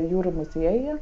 jūrų muziejuje